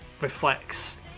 reflects